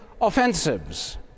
offensives